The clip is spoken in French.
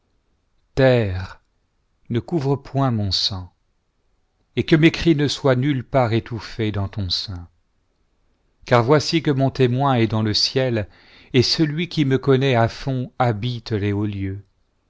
ne couvre point mon sang et que mes cris ne soient nulle part étouffés dans ton sein car voici que mon témoin est dans le ciel et celui qui me connaît à fond habite les hauts lieux